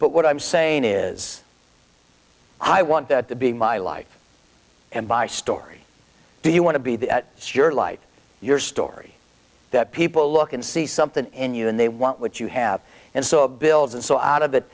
but what i'm saying is i want that to be my life and by story do you want to be the your life your story that people look and see something in you and they want what you have and so builds and so out of it